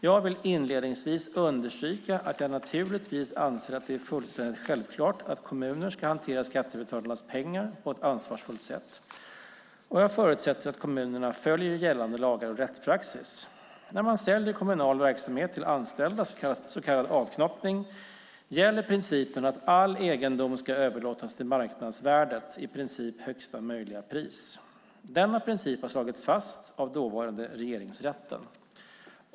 Jag vill inledningsvis understryka att jag naturligtvis anser att det är fullständigt självklart att kommuner ska hantera skattebetalarnas pengar på ett ansvarsfullt sätt, och jag förutsätter att kommunerna följer gällande lagar och rättspraxis. När man säljer kommunal verksamhet till anställda, så kallad avknoppning, gäller principen att all egendom ska överlåtas till marknadsvärdet - i princip högsta möjliga pris. Denna princip har slagits fast av dåvarande Regeringsrätten.